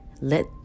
Let